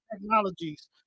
technologies